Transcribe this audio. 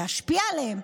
להשפיע עליהם,